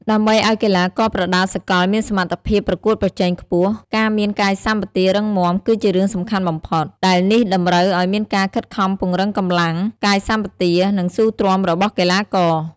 ដើម្បីឲ្យកីឡាករប្រដាល់សកលមានសមត្ថភាពប្រកួតប្រជែងខ្ពស់ ការមានកាយសម្បទារឹងមាំគឺជារឿងសំខាន់បំផុត ដែលនេះតម្រូវឲ្យមានការខិតខំពង្រឹងកម្លាំង កាយសម្បទា និងស៊ូទ្រាំរបស់កីឡាករ។